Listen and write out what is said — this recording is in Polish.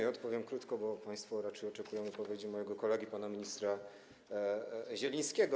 Ja odpowiem krótko, bo państwo raczej oczekują odpowiedzi od mojego kolegi, pana ministra Zielińskiego.